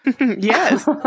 Yes